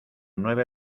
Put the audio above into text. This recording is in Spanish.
nueve